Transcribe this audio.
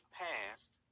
passed